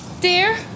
Dear